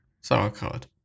sauerkraut